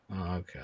Okay